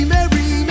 Mary